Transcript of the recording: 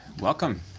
welcome